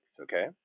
okay